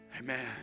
Amen